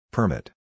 Permit